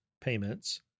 payments